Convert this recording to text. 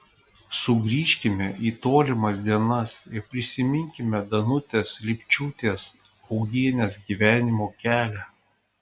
sugrįžkime į tolimas dienas ir prisiminkime danutės lipčiūtės augienės gyvenimo kelią